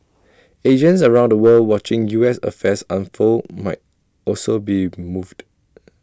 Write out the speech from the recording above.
Asians around the world watching U S affairs unfold might also be moved